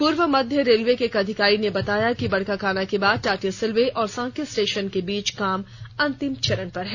पूव मध्य रेलवे के एक अधिकारी ने बताया कि बड़काकाना के बाद टाटीसिलवे और सांकी स्टेशन के बीच काम अंतिम चरण में है